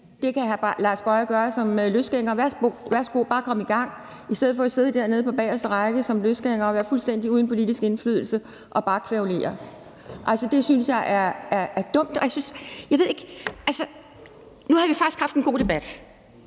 Boje Mathiesen gøre som løsgænger. Værsgo, kom bare i gang i stedet for at sidde dernede på bagerste række som løsgænger og være fuldstændig uden politisk indflydelse og bare kværulere. Altså, det synes jeg er dumt. Nu har vi faktisk haft en god debat.